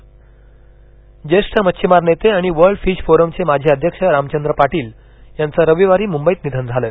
निधन पालघर ज्येष्ठ मच्छिमार नेते आणि वर्ल्ड फिश फोरमचे माजी अध्यक्ष रामचंद्र पाटील याचं रविवारी मुंबईत निधन झालं